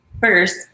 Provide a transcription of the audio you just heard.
first